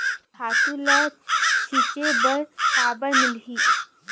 खातु ल छिंचे बर काबर मिलही?